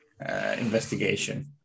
investigation